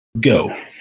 go